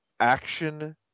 Action